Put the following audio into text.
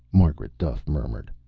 margaret duffe murmured.